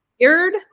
weird